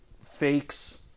fakes